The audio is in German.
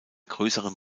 größeren